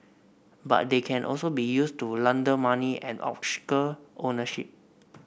but they can also be used to launder money and obscure ownership